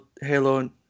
Halo